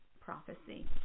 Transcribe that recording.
Prophecy